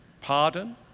pardon